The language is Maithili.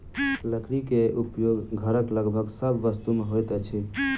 लकड़ी के उपयोग घरक लगभग सभ वस्तु में होइत अछि